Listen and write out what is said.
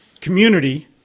community